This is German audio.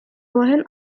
vorhin